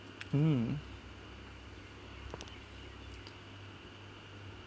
mm